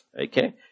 Okay